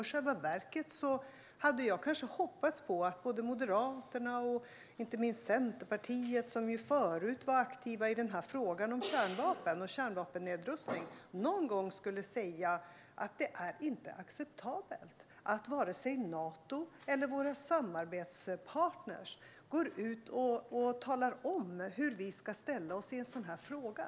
I själva verket hade jag hoppats att både Moderaterna och inte minst Centerpartiet, som förut var aktiva i frågan om kärnvapennedrustning, någon gång skulle säga att det inte är acceptabelt att vare sig Nato eller våra samarbetspartner talar om hur Sverige ska ställa sig i en sådan fråga.